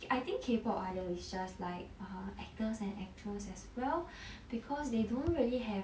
I think K pop idol is just like (uh huh) actors and actresses as well because they don't really have